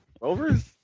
Rovers